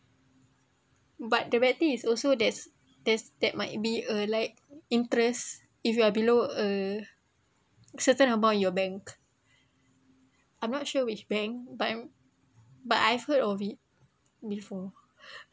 but the rate thing is also there's there's that might be uh like interest if you are below a certain amount in your bank I'm not sure which bank but I'm but I've heard of it before